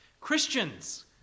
Christians